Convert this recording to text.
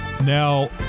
Now